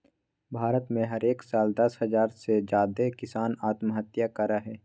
भारत में हरेक साल दस हज़ार से ज्यादे किसान आत्महत्या करय हय